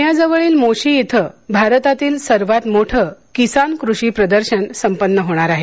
प्ण्याजवळील मोशी इथे भारतातील सर्वात मोठे किसान कृषी प्रदर्शन संपन्न होणार आहे